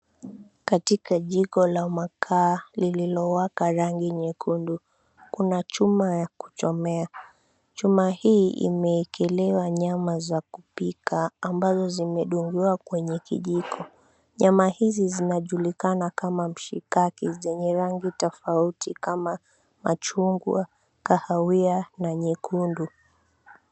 Katika jiko la makaa lililowaka rangi nyekundu, kuna chuma ya kuchomea. Chuma hii imeekelewa nyama za kupika ambazo zimedungiwa kwenye kijiko. Nyama hizi zinajulikana kama mshikaki zenye rangi tofauti kama machungwa, kahawia na nyekundu.